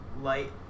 light